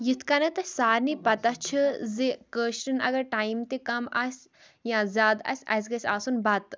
یِتھٕ کَنٮ۪تھ اَسہِ سارنٕے پَتاہ چھِ زِ کٲشرٮ۪ن اگر ٹایِم تہِ کَم آسہِ یا زیادٕ آسہِ اَسہِ گَژھِ آسُن بَتہٕ